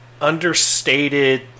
understated